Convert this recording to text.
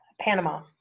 Panama